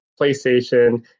PlayStation